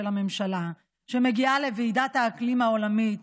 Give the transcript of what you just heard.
הממשלה שמגיעה לוועידת האקלים העולמית,